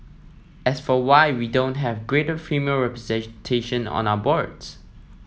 as for why we don't have greater female representation on our boards